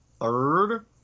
third